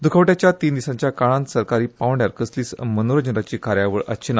द्खवट्याच्या तीन दिसांच्या काळांत सरकारी पांवड्यार कसलीच मनोरजंनाची कार्यावळ आसची ना